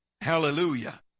Hallelujah